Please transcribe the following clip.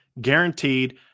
guaranteed